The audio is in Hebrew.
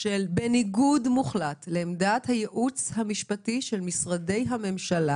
שבניגוד מוחלט לעמדת הייעוץ המשפטי של משרדי הממשלה